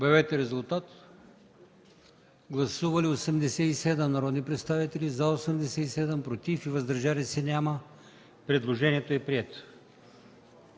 става § 12. Гласували 87 народни представители: за 87, против и въздържали се няма. Предложението е прието.